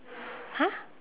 !huh!